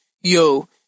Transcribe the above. yo